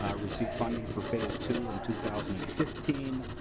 ah receive funding for phase two and two thousand and fifteen.